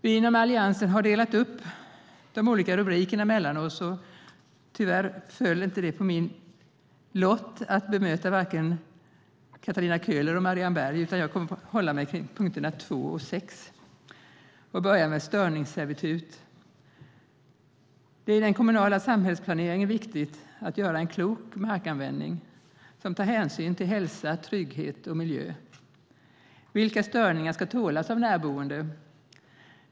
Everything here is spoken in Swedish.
Vi inom Alliansen har delat upp de olika rubrikerna mellan oss, och det föll tyvärr inte på min lott att bemöta vare sig Katarina Köhler eller Marianne Berg. Jag kommer att hålla mig till punkterna 2 och 6. Jag börjar med störningsservitut. Det är i den kommunala samhällsplaneringen viktigt att ha en klok markanvändning som tar hänsyn till hälsa, trygghet och miljö. Vilka störningar ska tålas av närboende?